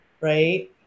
right